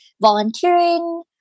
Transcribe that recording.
volunteering